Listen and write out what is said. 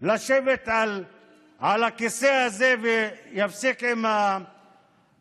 לשבת על הכיסא הזה ויפסיק עם ההסתה